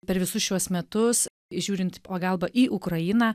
per visus šiuos metus žiūrint į pagalbą į ukrainą